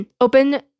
open-